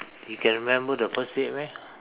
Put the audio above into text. you can remember the first date meh